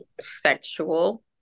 sexual